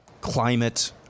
Climate